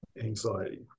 anxiety